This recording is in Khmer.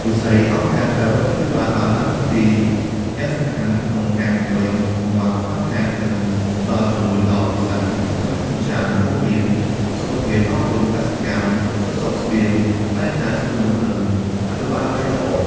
វិស័យអង្គការក្រៅរដ្ឋាភិបាលបានដើរតួនាទីយ៉ាងសំខាន់ក្នុងការបំពេញកង្វះខ្វះខាត និងផ្តល់ជំនួយដល់វិស័យសំខាន់ៗជាច្រើន រួមមាន សុខភាព អប់រំ កសិកម្ម សន្តិសុខស្បៀង បរិស្ថាន សិទ្ធិមនុស្ស និងអភិបាលកិច្ចល្អ។